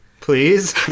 please